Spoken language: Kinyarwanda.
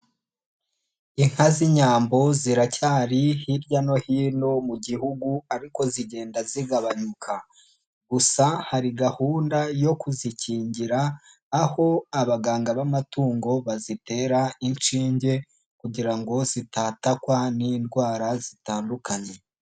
Inka z'inyambo ziracyari hirya no hino mu Gihugu ariko zigenda zigabanyuka. Gusa hari gahunda yo kuzikingira, aho abaganga b'amatungo bazitera inshinge kugira ngo zitatakwa n'indwara zitandukanye.